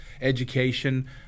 education